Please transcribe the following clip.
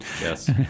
Yes